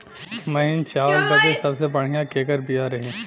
महीन चावल बदे सबसे बढ़िया केकर बिया रही?